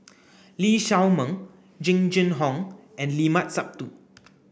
Lee Shao Meng Jing Jun Hong and Limat Sabtu